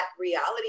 reality